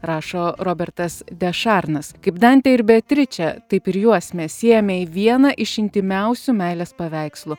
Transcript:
rašo robertas dešarnas kaip dantė ir beatričė taip ir juos mes siejame į vieną iš intymiausių meilės paveikslų